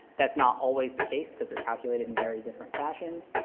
that's not always the case, because they're calculated in very different fashions.